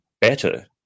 better